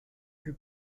her